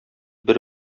бер